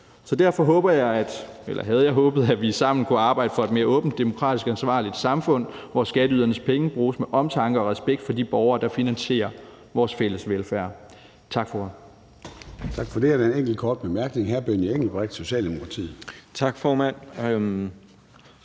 – eller havde jeg håbet – at vi sammen kunne arbejde for et mere åbent, demokratisk og ansvarligt samfund, hvor skatteydernes penge bruges med omtanke og respekt for de borgere, der finansierer vores fælles velfærd. Tak for